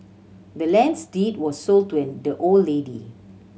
the land's deed was sold to the old lady